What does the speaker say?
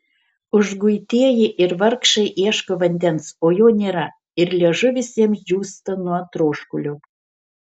užguitieji ir vargšai ieško vandens o jo nėra ir liežuvis jiems džiūsta nuo troškulio